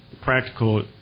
practical